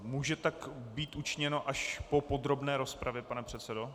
Může tak být učiněno až po podrobné rozpravě, pane předsedo?